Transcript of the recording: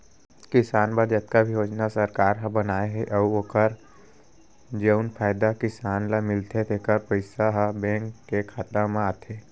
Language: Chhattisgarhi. किसान बर जतका भी योजना सरकार ह बनाए हे अउ ओकर जउन फायदा किसान ल मिलथे तेकर पइसा ह बेंक के खाता म आथे